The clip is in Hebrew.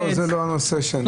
לא, זה לא הנושא שאני רוצה...